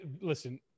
listen